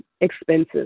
expensive